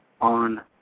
on